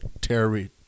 terry